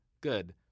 good